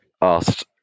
asked